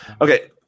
okay